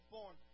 born